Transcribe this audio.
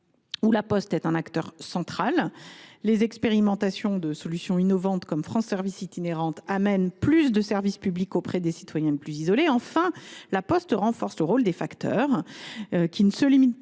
où La Poste est un acteur central. Les expérimentations de solutions innovantes, comme les maisons France Services itinérantes, amènent d’ailleurs les services publics au plus près des citoyens les plus isolés. Enfin, La Poste renforce le rôle des facteurs, qui ne se limitent plus